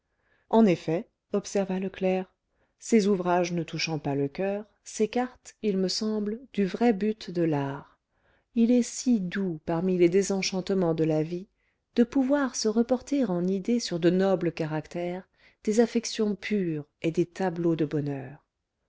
en effet observa le clerc ces ouvrages ne touchant pas le coeur s'écartent il me semble du vrai but de l'art il est si doux parmi les désenchantements de la vie de pouvoir se reporter en idée sur de nobles caractères des affections pures et des tableaux de bonheur